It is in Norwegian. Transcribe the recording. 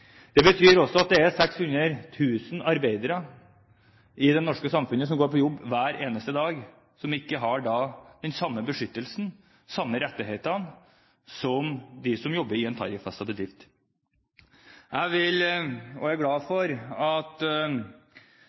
Det betyr også at det er 600 000 arbeidere i det norske samfunnet som går på jobb hver eneste dag, som ikke har den samme beskyttelsen, de samme rettighetene, som de som jobber i en tariffestet bedrift. Jeg er glad for at